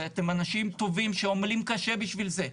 שאתם אנשים טובים שעומלים קשה בשביל זה.